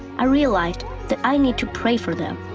i realized that i need to pray for them.